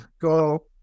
go